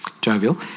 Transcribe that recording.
jovial